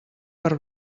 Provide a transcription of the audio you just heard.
per